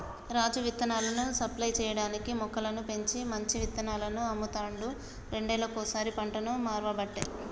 రాజు విత్తనాలను సప్లై చేయటానికీ మొక్కలను పెంచి మంచి విత్తనాలను అమ్ముతాండు రెండేళ్లకోసారి పంటను మార్వబట్టే